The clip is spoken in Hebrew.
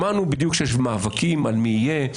שמענו בדיוק שיש מאבקים על מי יהיה,